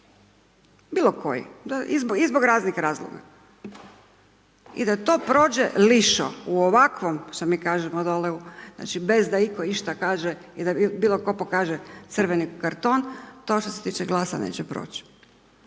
bilo koji, i zbog raznih razloga. I da to prođe lišo u ovakvom, što mi kažemo dolje, bez da itko išta kaže i da bilo tko pokaže crveni karton, to što se tiče GLAS-a neće proći,